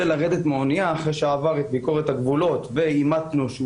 לרדת מהאנייה אחרי שעבר את ביקורת הגבולות ואימתנו שהוא